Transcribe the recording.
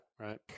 right